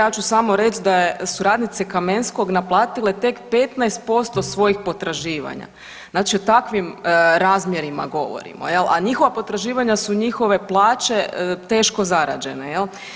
Ja ću samo reć da su radnice Kamenskog naplatile tek 15% svojih potraživanja, znači o takvim razmjerima govorimo jel, a njihova potraživanja su njihove plaće teško zarađene jel.